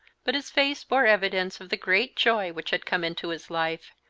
but his face bore evidence of the great joy which had come into his life,